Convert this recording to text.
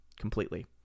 Completely